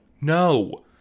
no